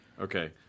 Okay